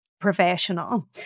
professional